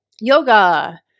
yoga